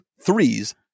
threes